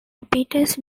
repeaters